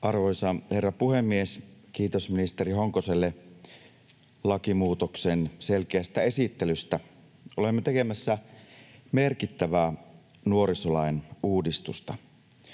Arvoisa herra puhemies! Kiitos ministeri Honkoselle lakimuutoksen selkeästä esittelystä. Olemme tekemässä merkittävää nuorisolain uudistusta.